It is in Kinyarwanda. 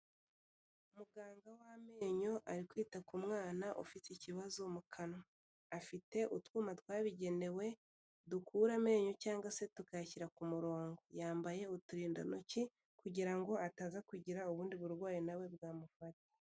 Muganga w'amenyo, ari kwita ku mwana ufite ikibazo mu kanwa. Afite utwuma twabigenewe, dukura amenyo cyangwa se tukayashyira ku murongo. Yambaye uturindantoki kugira ngo ataza kugira ubundi burwayi na we bwamufata.